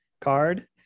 card